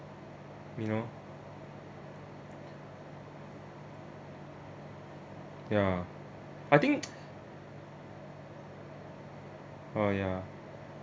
me oh ya I think oh ya